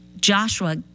Joshua